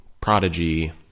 prodigy